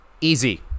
easy